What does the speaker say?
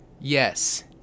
yes